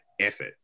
effort